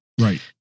Right